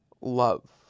love